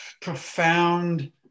profound